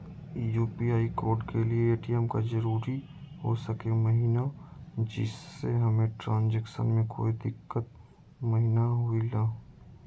UPI code के लिए ATM का जरूरी हो सके महिना जिससे हमें ट्रांजैक्शन में कोई दिक्कत महिना हुई ला?